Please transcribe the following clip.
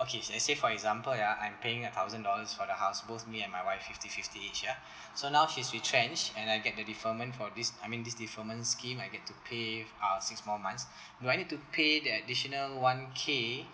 okay I say for example ya I'm paying a thousand dollars for the house both me and my wife fifty fifty each ah so now she's retrenched and I get the deferment for this I mean this deferment scheme I get to pay uh six more months do I need to pay the additional one K